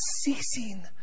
ceasing